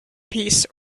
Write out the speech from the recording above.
piece